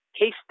case